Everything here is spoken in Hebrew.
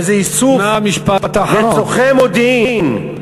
איזה איסוף לצורכי מודיעין,